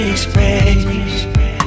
space